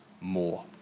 more